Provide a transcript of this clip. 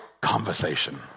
conversation